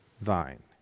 thine